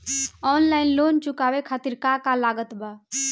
Online loan चुकावे खातिर का का लागत बा?